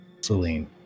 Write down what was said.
Celine